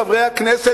חברי הכנסת,